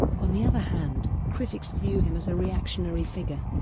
on the other hand, critics view him as a reactionary figure,